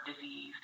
disease